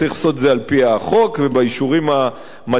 צריך לעשות את זה על-פי החוק ובאישורים המתאימים,